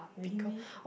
really meh